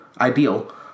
ideal